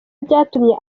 byatumye